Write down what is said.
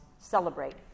celebrate